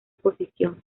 posición